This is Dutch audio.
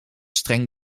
streng